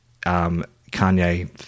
Kanye